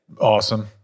Awesome